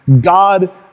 God